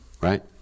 right